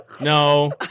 No